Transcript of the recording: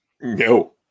No